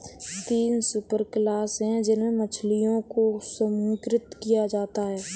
तीन सुपरक्लास है जिनमें मछलियों को समूहीकृत किया जाता है